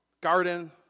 garden